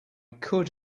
could